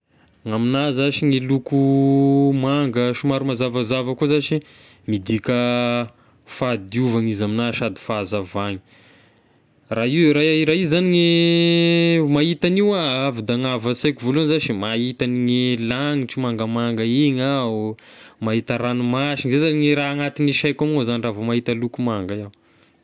Amigna zashy ny loko manga somary mazavazava koa zashy midika fahadiovagna izy amigna sady fahazavagny, raha io- raha raha io zagny ny mahita an'io ah avy da ny avy an-saiko voalohany zashy mahita ny lanitry mangamanga igny ao, mahita ranomasigny, zay zagny raha anatin'ny saiko amign'ny ao raha vao mahita loko manga iaho.